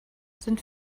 sind